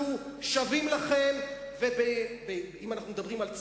אנחנו שווים לכם, ואם אנחנו מדברים על צה"ל,